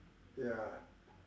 ya